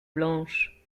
blanche